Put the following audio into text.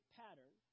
pattern